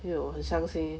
!aiyo! 很伤心